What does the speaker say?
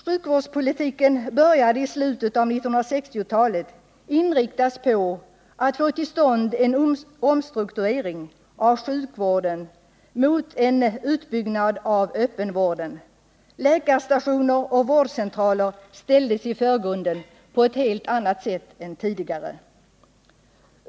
Sjukvårdspolitiken började i slutet av 1960-talet inriktas på att få till stånd en omstrukturering av sjukvården mot en utbyggnad av öppenvården. Läkarstationer och vårdcentraler ställdes i förgrunden på ett helt annat sätt än tidigare.